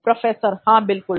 professor हां बिल्कुल